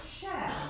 Share